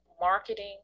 marketing